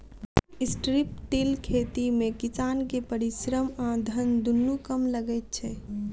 strip till खेती मे किसान के परिश्रम आ धन दुनू कम लगैत छै